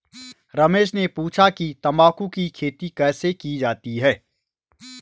रमेश ने पूछा कि तंबाकू की खेती कैसे की जाती है?